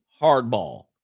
hardball